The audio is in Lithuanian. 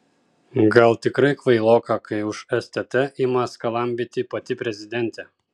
gal tikrai kvailoka kai už stt ima skalambyti pati prezidentė